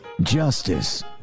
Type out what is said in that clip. justice